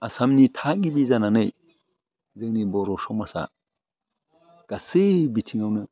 आसामनि थागिबि जानानै जोंनि बर' समाजआ गासै बिथिङावनो